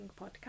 podcast